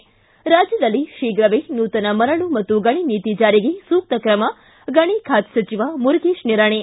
ಿ ರಾಜ್ಯದಲ್ಲಿ ಶೀಘವೇ ನೂತನ ಮರಳು ಮತ್ತು ಗಣಿ ನೀತಿ ಜಾರಿಗೆ ಸೂಕ್ತ ಕ್ರಮ ಗಣಿ ಖಾತೆ ಸಚಿವ ಮುರಗೇತ್ ನಿರಾಣಿ